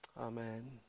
Amen